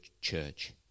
church